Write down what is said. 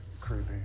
creepy